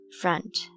Front